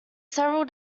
several